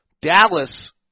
Dallas